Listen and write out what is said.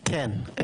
כן,